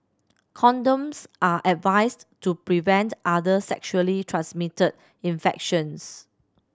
condoms are advised to prevent other sexually transmitted infections